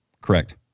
Correct